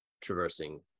traversing